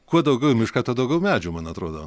kuo daugiau į mišką tuo daugiau medžių man atrodo